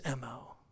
MO